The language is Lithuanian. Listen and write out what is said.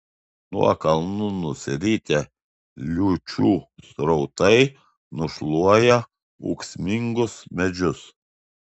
nuo kalnų nusiritę liūčių srautai nušluoja ūksmingus medžius